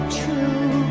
true